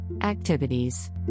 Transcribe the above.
Activities